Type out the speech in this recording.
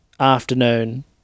Afternoon